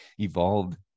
evolved